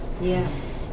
Yes